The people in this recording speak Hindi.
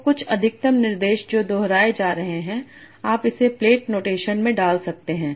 तो कुछ अधिकतम निर्देश जो दोहराए जा रहे हैं आप इसे प्लेट नोटेशन में डाल सकते हैं